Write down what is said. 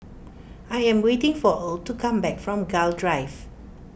I am waiting for Erle to come back from Gul Drive